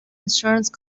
insurance